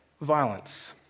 violence